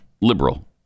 liberal